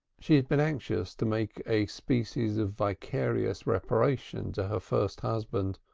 she had been anxious to make a species of vicarious reparation to her first husband,